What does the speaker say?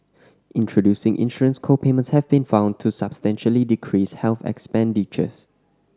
introducing insurance co payments have been found to substantially decrease health expenditures